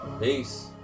Peace